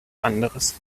anderes